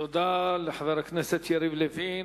תודה לחבר הכנסת יריב לוין.